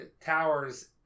towers